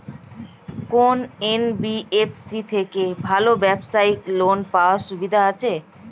কোন এন.বি.এফ.সি থেকে ভালো ব্যবসায়িক লোন পাওয়ার সুবিধা আছে?